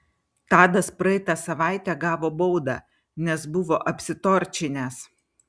tadas praeitą savaitę gavo baudą nes buvo apsitorčinęs